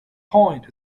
point